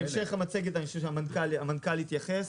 להמשך המצגת המנכ"ל יתייחס.